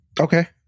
Okay